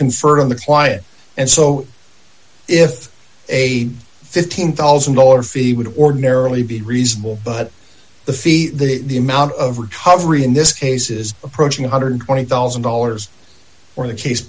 conferred on the client and so if a fifteen thousand dollars fee would ordinarily be reasonable but the fee the amount of recovery in this case is approaching one hundred and twenty thousand dollars or the case